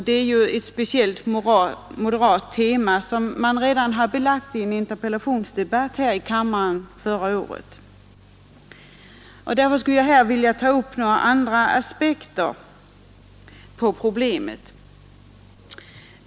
Det är ju ett speciellt moderat tema, vilket redan har blivit belagt i en interpellationsdebatt här i kammaren förra året. Därför skulle jag här vilja ta upp några andra aspekter på problemet.